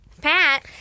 Pat